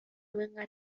انقدر